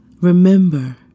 Remember